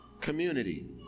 community